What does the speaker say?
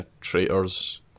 Traitors